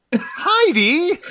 Heidi